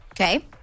Okay